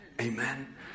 Amen